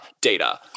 data